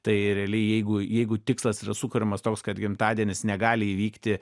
tai realiai jeigu jeigu tikslas yra sukuriamas toks kad gimtadienis negali įvykti